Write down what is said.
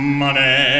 money